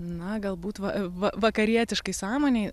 na galbūt va va vakarietiškai sąmonei